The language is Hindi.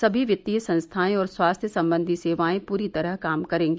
सभी वित्तीय संस्थाएं और स्वास्थ्य संबंधी सेवाएं पूरी तरह काम करेंगी